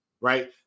right